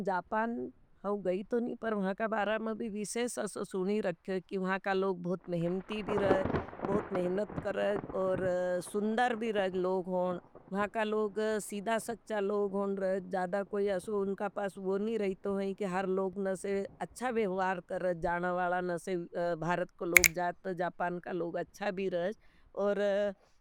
जापान, हम गई तो नहीं, पर वहाँ का बारा में भी विशेश अससोनी रखे। कि वहाँ का लोग बहुत मेहनती भी रहे, बहुत मेहनत करे, और सुन्दर भी रहे लोग होन। वहाँ का लोग सीधा सच्चा लोग होन रहे, जापान का लोग अच्छा भी रहे। और